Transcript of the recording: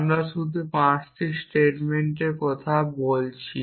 আমরা শুধু 5টি স্টেটমেন্টের কথা বলছি